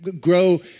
grow